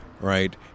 right